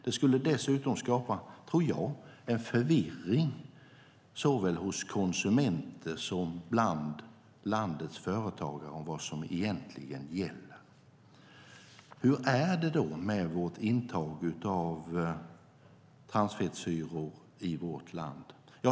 Det skulle dessutom skapa - tror jag - en förvirring hos såväl konsumenter som bland landets företagare om vad som egentligen gäller. Hur är det med vårt intag av transfettsyror i vårt land?